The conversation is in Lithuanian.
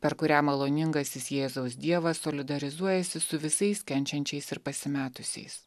per kurią maloningasis jėzaus dievas solidarizuojasi su visais kenčiančiais ir pasimetusiais